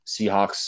Seahawks